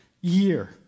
year